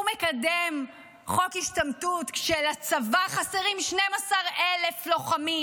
הוא מקדם חוק השתמטות כשלצבא חסרים 12,000 לוחמים.